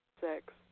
Six